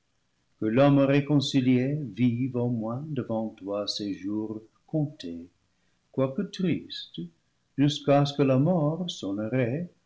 que l'homme réconcilié vive au moins de vant toi ses jours comptés quoique tristes jusqu'à ce que la mort son arrêt